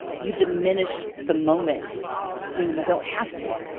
you diminish the moment when you don't have to.